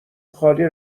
خالی